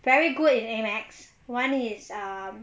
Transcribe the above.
very good in A math [one] is err